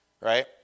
right